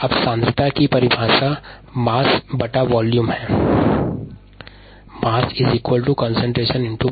अभी सांद्रता की परिभाषा द्रव्यमान मात्रा है